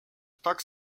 tak